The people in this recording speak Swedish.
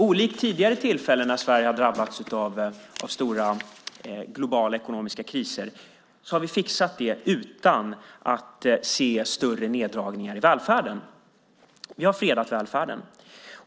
Olikt tidigare tillfällen när Sverige har drabbats av stora globala ekonomiska kriser har vi fixat det utan att se större neddragningar i välfärden. Vi har fredat välfärden.